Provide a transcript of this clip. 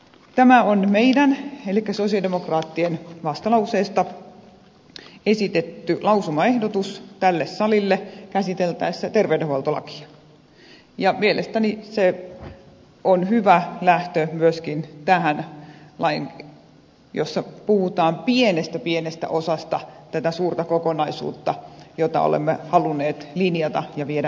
tämä on meidän elikkä sosialidemokraattien vastalauseesta esitetty lausumaehdotus tälle salille käsiteltäessä terveydenhuoltolakia ja mielestäni se on hyvä lähtö myöskin tähän lakiin jossa puhutaan pienestä pienestä osasta tätä suurta kokonaisuutta jota olemme halunneet linjata ja viedä eteenpäin